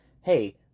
hey